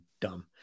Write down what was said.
dumb